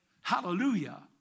Hallelujah